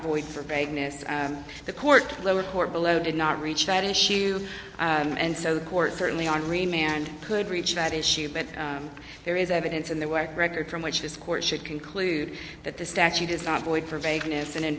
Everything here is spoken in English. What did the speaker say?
void for vagueness the court lower court below did not reach that issue and so the court certainly henri mand could reach that issue but there is evidence in the work record from which this court should conclude that the statute is not void for vagueness and in